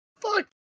Fuck